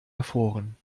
erfroren